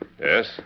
Yes